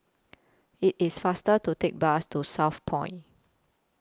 IT IS faster to Take The Bus to Southpoint